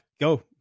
go